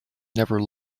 never